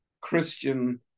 Christian